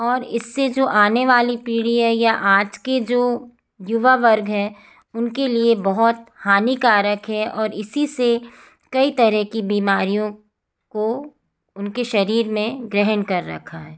और इससे जो आने वाली पीढ़ी है या आज के जो युवा वर्ग हैं उनके लिए बहुत हानिकारक है और इसी से कई तरह की बीमारियों को उनके शरीर में ग्रेहण कर रखा है